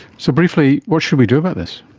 so, briefly, what should we do about this?